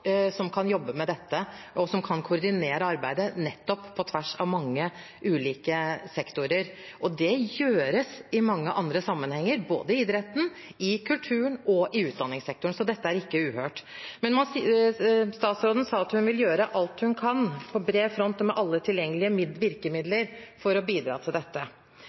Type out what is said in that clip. som kan jobbe med dette, og som kan koordinere arbeidet på tvers av mange ulike sektorer. Det gjøres i mange andre sammenhenger, både i idretten, i kulturen og i utdanningssektoren, så dette er ikke uhørt. Statsråden sa at hun vil gjøre alt hun kan, på bred front og med alle tilgjengelige virkemidler, for å bidra til dette. I et intervju med Dagbladet i november ble statsråden spurt: Kommer det øremerkede midler til dette